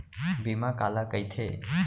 बीमा काला कइथे?